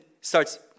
starts